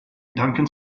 duncan